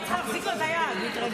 היית צריכה להחזיק לו את היד, הוא התרגש.